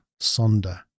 sonder